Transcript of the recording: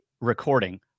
recording